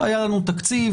היה לנו תקציב,